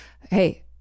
hey